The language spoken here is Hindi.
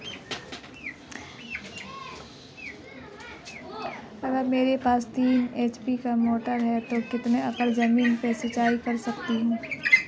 अगर मेरे पास तीन एच.पी की मोटर है तो मैं कितने एकड़ ज़मीन की सिंचाई कर सकता हूँ?